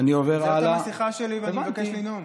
מה הבעיה לאפשר לו לנאום?